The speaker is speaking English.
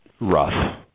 rough